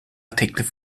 teklif